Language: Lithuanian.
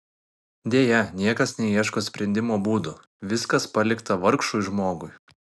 deja niekas neieško sprendimo būdų viskas palikta vargšui žmogui